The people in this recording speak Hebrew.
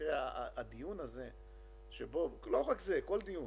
לא רק בדיון הזה, בכל דיון